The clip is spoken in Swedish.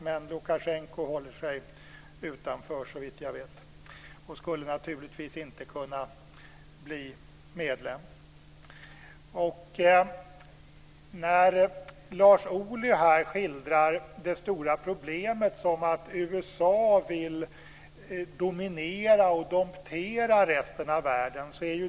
Men Lukasjenko håller sig utanför såvitt jag vet och Vitryssland skulle naturligtvis inte kunna bli medlem. Lars Ohly skildrar här det stora problemet som att USA vill dominera och domptera resten av världen.